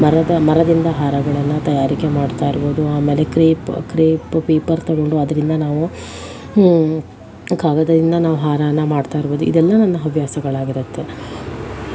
ಮರದ ಮರದಿಂದ ಹಾರಗಳನ್ನು ತಯಾರಿಕೆ ಮಾಡ್ತಾಯಿರ್ಬೋದು ಆಮೇಲೆ ಕ್ರೇಪ್ ಕ್ರೇಪ್ ಪೇಪರ್ ತಗೊಂಡು ಅದರಿಂದ ನಾವು ಕಾಗದದಿಂದ ನಾವು ಹಾರಾನ ಮಾಡ್ತಾಯಿರ್ಬೋದು ಇದೆಲ್ಲ ನನ್ನ ಹವ್ಯಾಸಗಳಾಗಿರುತ್ತೆ